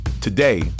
Today